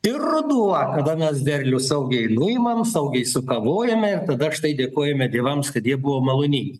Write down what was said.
ir ruduo kada mes derlių saugiai nuimam saugiai sukavojame ir tada štai dėkojame dievams kad jie buvo maloningi